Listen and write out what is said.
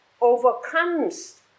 overcomes